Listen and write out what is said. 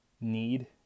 need